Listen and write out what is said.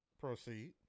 Proceed